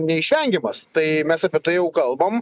neišvengiamas tai mes apie tai jau kalbam